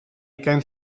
ugain